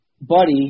buddy